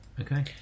Okay